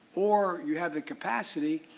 or you have the capacity.